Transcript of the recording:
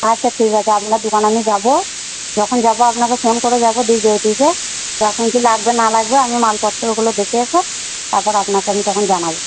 আচ্ছা ঠিক আছে আপনার দোকানে আমি যাব যখন যাব আপনাকে ফোন করে যাব কখন কি লাগবে না লাগবে আমি মালপত্রগুলো দেখে এসে আবার আপনাকে আমি তখন জানাব